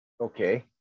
Okay